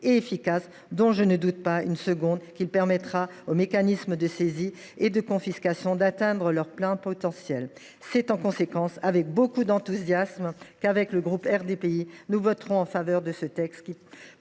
et efficace, dont je ne doute pas une seconde qu’il permettra aux mécanismes de saisie et de confiscation d’atteindre leur plein potentiel. C’est en conséquence avec beaucoup d’enthousiasme que les élus du groupe RDPI voteront en faveur de cette